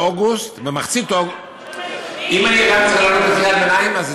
באוגוסט, במחצית אוגוסט, הסעות.